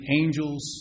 angels